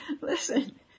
listen